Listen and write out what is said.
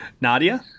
Nadia